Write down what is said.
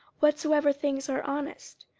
whatsoever things are honest,